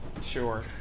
Sure